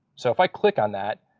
so if i click on that,